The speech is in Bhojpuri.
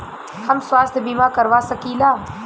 हम स्वास्थ्य बीमा करवा सकी ला?